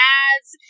ads